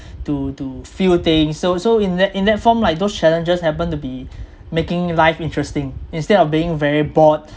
to to feel things so so in that in that form like those challenges happen to be making life interesting instead of being very bored